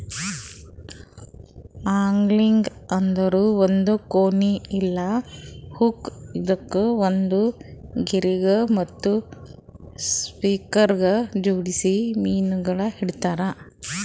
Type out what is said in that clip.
angling ಅಂದುರ್ ಒಂದ್ ಕೋನಿ ಇಲ್ಲಾ ಹುಕ್ ಇದುಕ್ ಒಂದ್ ಗೆರಿಗ್ ಮತ್ತ ಸಿಂಕರಗ್ ಜೋಡಿಸಿ ಮೀನಗೊಳ್ ಹಿಡಿತಾರ್